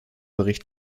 bericht